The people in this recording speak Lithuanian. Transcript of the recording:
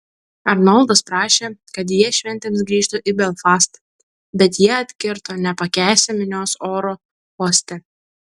arnoldas prašė kad jie šventėms grįžtų į belfastą bet jie atkirto nepakęsią minios oro uoste